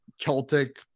celtic